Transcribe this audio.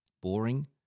boring